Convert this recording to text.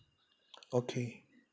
okay